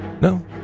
No